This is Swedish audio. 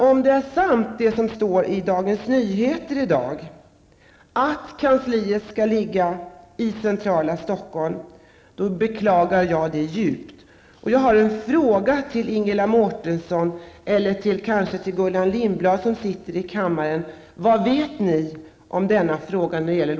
Om det som står i Dagens Nyheter i dag är sant, att kansliet skall ligga i centrala Stockholm, beklagar jag det djupt. Jag har en fråga till Ingela Mårtensson eller kanske till Gullan Lindblad, som sitter i kammaren: Vad vet ni om lokaliseringen av detta kansli?